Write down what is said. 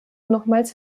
nochmals